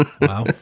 Wow